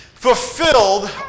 fulfilled